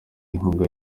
inkunga